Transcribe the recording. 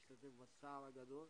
להשתתף בצער הגדול,